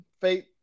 Faith